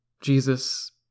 Jesus